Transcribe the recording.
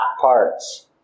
parts